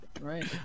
Right